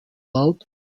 laut